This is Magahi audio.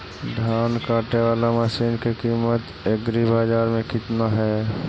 धान काटे बाला मशिन के किमत एग्रीबाजार मे कितना है?